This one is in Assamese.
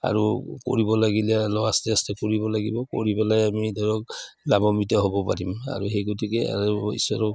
আৰু কৰিব লাগিলে আৰু আস্তে আস্তে কৰিব লাগিব কৰি পেলাই আমি ধৰক লাভম্বিত হ'ব পাৰিম আৰু সেই গতিকে আৰু ঈশ্বৰক